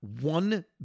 one